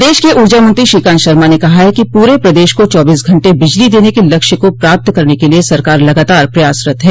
प्रदेश के ऊर्जामंत्री श्रीकांत शर्मा न कहा है कि पूरे प्रदेश को चौबीस घंटे बिजली देने के लक्ष्य को प्राप्त करने के लिए सरकार लगातार प्रयासरत है